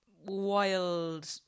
wild